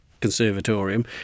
Conservatorium